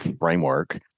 framework